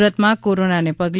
સુરતમાં કોરોનાને પગલે